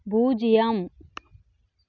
பூஜ்ஜியம்